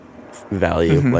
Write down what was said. value